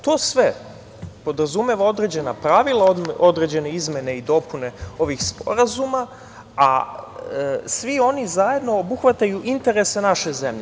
To sve podrazumeva određena pravila, određene izmene i dopune ovih sporazuma, a svi oni zajedno obuhvataju interese naše zemlje.